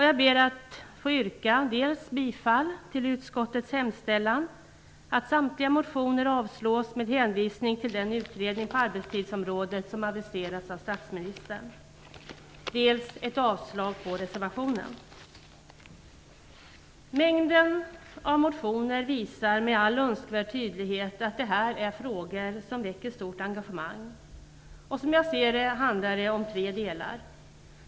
Jag ber att få yrka bifall till utskottets hemställan och avslag på samtliga motioner med hänvisning till den utredning på arbetstidsområdet som aviserats av statsministern samt avslag på reservationen. Mängden motioner visar med all önskvärd tydlighet att detta är frågor som väcker stort engagemang. Som jag ser det handlar det om tre delar.